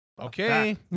okay